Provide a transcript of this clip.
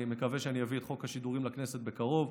אני מקווה שאני אביא את חוק השידורים לכנסת בקרוב,